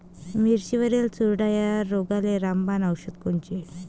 मिरचीवरील चुरडा या रोगाले रामबाण औषध कोनचे?